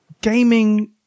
gaming